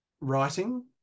writing